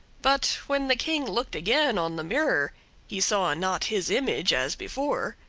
but when the king looked again on the mirror he saw not his image as before,